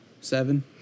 seven